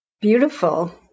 Beautiful